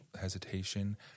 hesitation